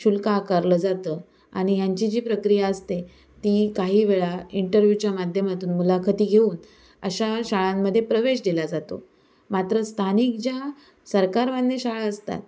शुल्क आकारलं जातं आणि ह्यांची जी प्रक्रिया असते ती काही वेळा इंटरव्हयूच्या माध्यमातून मुलाखती घेऊन अशा शाळांमध्ये प्रवेश दिला जातो मात्र स्थानिक ज्या सरकारमान्य शाळा असतात